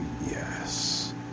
yes